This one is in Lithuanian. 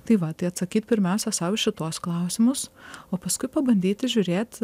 tai va tai atsakyt pirmiausia sau į šituos klausimus o paskui pabandyti žiūrėt